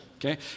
okay